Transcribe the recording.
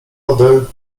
lody